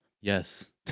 Yes